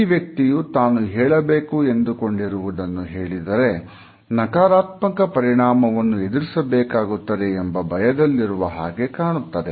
ಈ ವ್ಯಕ್ತಿಯು ತಾನು ಹೇಳಬೇಕು ಎಂದುಕೊಂಡಿರುವುದನ್ನು ಹೇಳಿದರೆ ನಕಾರಾತ್ಮಕ ಪರಿಣಾಮವನ್ನು ಎದುರಿಸಬೇಕಾಗುತ್ತದೆ ಎಂಬ ಭಯದಲ್ಲಿರುವ ಹಾಗೆ ಕಾಣುತ್ತದೆ